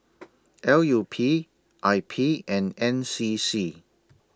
L U P I P and N C C